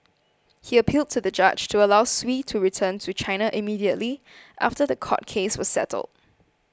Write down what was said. he appealed to the judge to allow Sui to return to China immediately after the court case was settled